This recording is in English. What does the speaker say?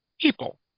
people